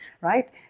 right